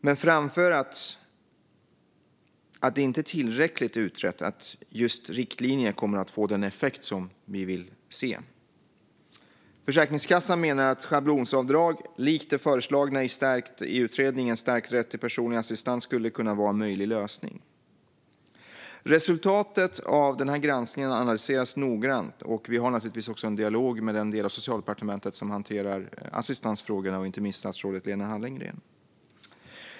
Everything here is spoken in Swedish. Men de framför att det inte är tillräckligt utrett att just riktlinjen kommer att få den effekt som vi vill se. Försäkringskassan menar att schablonavdrag likt det föreslagna i utredningen Stärkt rätt till personlig assistans skulle kunna vara en möjlig lösning. Resultatet av granskningen analyseras noggrant. Vi har naturligtvis också en dialog med den del av Socialdepartementet som hanterar assistansfrågorna och inte minst med statsrådet Lena Hallengren.